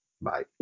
Bye